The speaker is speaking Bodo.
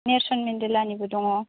नेलसन मेन्देलानिबो दङ